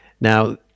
now